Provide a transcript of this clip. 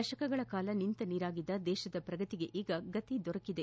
ದಶಕಗಳ ಕಾಲ ನಿಂತ ನೀರಾಗಿದ್ದ ದೇಶದ ಪ್ರಗತಿಗೆ ಈಗ ಗತಿ ದೊರಕಿದೆ